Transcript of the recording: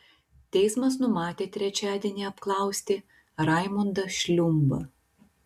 teismas numatė trečiadienį apklausti raimondą šliumbą